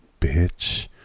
bitch